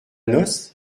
noce